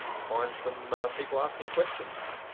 find some people asking questions.